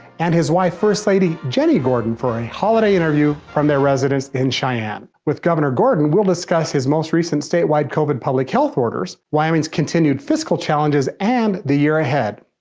and his wife, first lady, jenny gordon for a holiday interview from their residence in cheyenne. with governor gordon we'll discuss his most recent statewide covid public health orders. wyoming's continued fiscal challenges, and the year ahead.